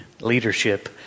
leadership